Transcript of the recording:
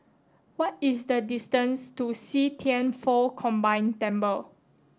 what is the distance to See Thian Foh Combined Temple